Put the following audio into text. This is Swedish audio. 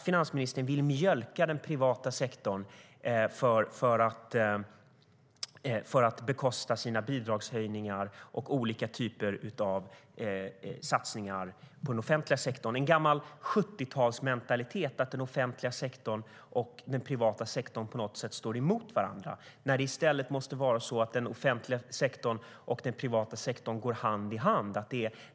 Finansministern vill alltså mjölka den privata sektorn för att bekosta sina bidragshöjningar och olika typer av satsningar på den offentliga sektorn. Det är en gammal 70-talsmentalitet att den offentliga sektorn och den privata sektorn på något sätt står emot varandra när det i stället måste vara så att den offentliga sektorn och den privata sektorn går hand i hand.